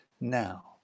now